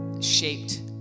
shaped